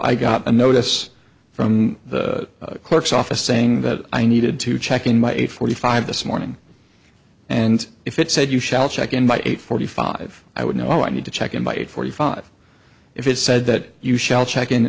i got a notice from the clerk's office saying that i needed to check in my eight forty five this morning and if it said you shall check in by eight forty five i would know i need to check in by eight forty five if it said that you shall check in